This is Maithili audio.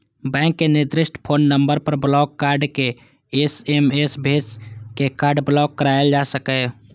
बैंक के निर्दिष्ट फोन नंबर पर ब्लॉक कार्ड के एस.एम.एस भेज के कार्ड ब्लॉक कराएल जा सकैए